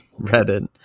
reddit